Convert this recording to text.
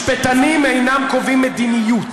משפטנים אינם קובעים מדיניות,